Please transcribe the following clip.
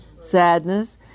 Sadness